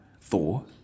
Thor